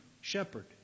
shepherd